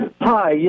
Hi